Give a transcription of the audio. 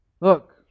Look